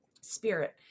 spirit